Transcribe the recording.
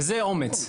וזה אומץ.